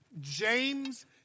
James